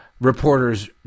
reporters